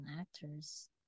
actors